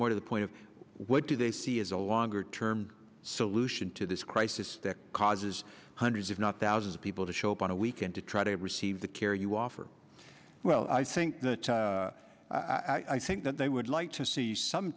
more to the point of what do they see as a longer term solution to this crisis that causes hundreds if not thousands of people to show up on a weekend to try to receive the care you offer well i think i think that they would like to see some